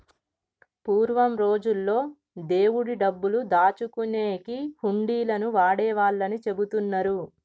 పూర్వం రోజుల్లో దేవుడి డబ్బులు దాచుకునేకి హుండీలను వాడేవాళ్ళని చెబుతున్నరు